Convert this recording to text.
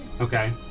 okay